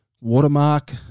watermark